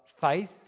faith